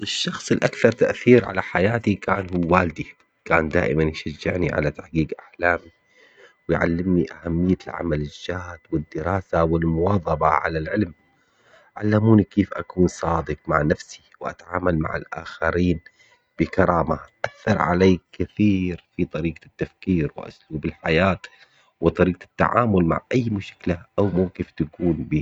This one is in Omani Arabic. الشخص الأكثر تأثير على حياتي كان هو والدي، كان دائماً يشجعني على تحقيق أحلامي ويعلمني أهمية العمل الجاد والدراسة والمواظبة على العلم، علموني كيف أكون صادق مع نفسي وأتعامل مع الآخرين بكرامة، أثر علي كثير في طريقة التفكير وأسلوب الحياة وطريقة التعامل مع أي مشكلة أو موقف تكون بيه.